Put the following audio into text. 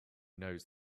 knows